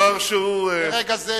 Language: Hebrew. זו לא רגישות, זה להגיד אמת.